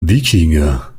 wikinger